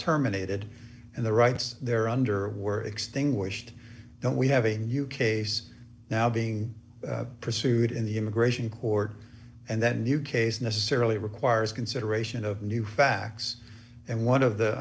terminated and the rights they're under were extinguished then we have a new case now being pursued in the immigration court and that new case necessarily requires consideration of new facts and one of the